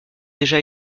déjà